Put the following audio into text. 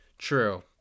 True